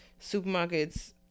Supermarkets